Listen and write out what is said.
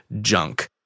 junk